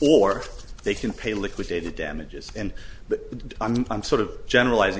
or they can pay liquidated damages and but i'm sort of generalizing